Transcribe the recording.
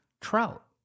trout